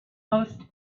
most